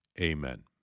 Amen